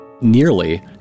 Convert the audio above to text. nearly